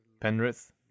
Penrith